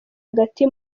hagati